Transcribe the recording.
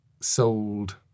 sold